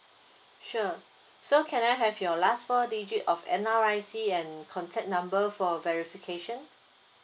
sure so can I have your last four digit of N_R_I_C and contact number for verification